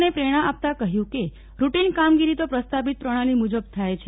ને પ્રેરણા આપતાં કહ્યું કે રૂટિન કામગીરી તો પ્રસ્થાપિત પ્રણાલિ મુજબ થાય છે